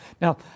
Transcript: Now